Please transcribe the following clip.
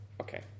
Okay